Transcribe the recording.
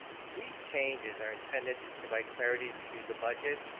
these changes are intended to provide clarity to the budget.